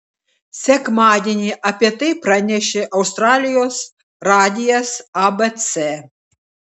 sekmadienį apie tai pranešė australijos radijas abc